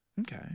Okay